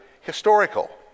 historical